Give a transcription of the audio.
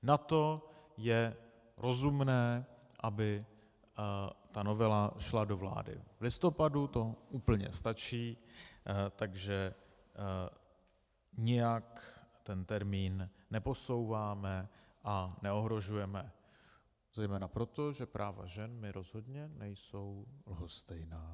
Na to je rozumné, aby ta novela šla do vlády v listopadu, to úplně stačí, takže nijak ten termín neposouváme a neohrožujeme, zejména proto, že práva žen mi rozhodně nejsou lhostejná.